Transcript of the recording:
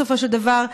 בסופו של דבר,